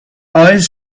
eyes